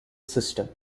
system